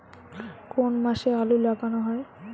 কোন মাসে আলু লাগানো হয়?